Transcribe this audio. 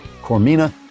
Cormina